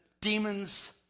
demons